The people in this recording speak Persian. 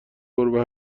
گربه